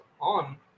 on